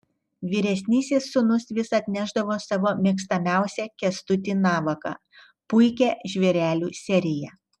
vyresnysis sūnus vis atnešdavo savo mėgstamiausią kęstutį navaką puikią žvėrelių seriją